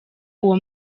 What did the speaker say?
uwo